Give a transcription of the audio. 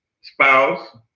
spouse